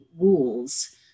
rules